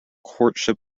courtship